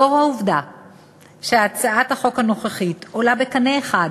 לאור העובדה שהצעת החוק הנוכחית עולה בקנה אחד